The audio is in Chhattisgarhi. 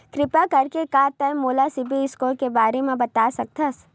किरपा करके का तै मोला सीबिल स्कोर के बारे माँ बता सकथस?